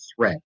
threat